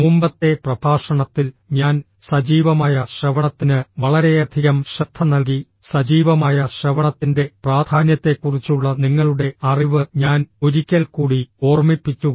മുമ്പത്തെ പ്രഭാഷണത്തിൽ ഞാൻ സജീവമായ ശ്രവണത്തിന് വളരെയധികം ശ്രദ്ധ നൽകി സജീവമായ ശ്രവണത്തിന്റെ പ്രാധാന്യത്തെക്കുറിച്ചുള്ള നിങ്ങളുടെ അറിവ് ഞാൻ ഒരിക്കൽ കൂടി ഓർമ്മിപ്പിച്ചു